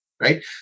Right